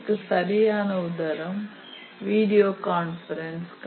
அதற்கு சரியான உதாரணம் வீடியோ கன்பரன்ஸ்